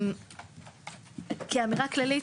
כאמירה כללית,